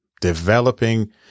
Developing